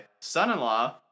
son-in-law